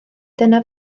dyna